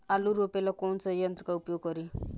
आलू रोपे ला कौन सा यंत्र का प्रयोग करी?